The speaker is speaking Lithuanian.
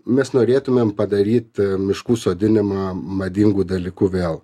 mes norėtumėm padaryti miškų sodinimą madingu dalyku vėl